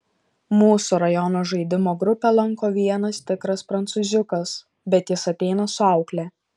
mūsų rajono žaidimų grupę lanko vienas tikras prancūziukas bet jis ateina su aukle